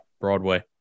broadway